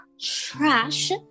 trash